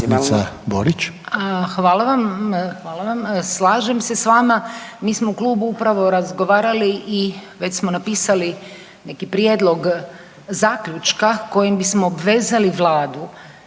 Hvala vam. Slažem se s vama, mi smo upravo u klubu upravo razgovarali i već smo napisali neki prijedlog zaključka kojim bismo obvezali Vladu